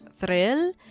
thrill